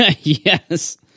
yes